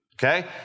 Okay